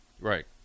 Right